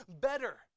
better